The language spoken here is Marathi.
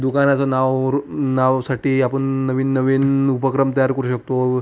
दुकानाचं नाव वरू नावसाठी आपण नवीन नवीन उपक्रम तयार करू शकतो